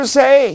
say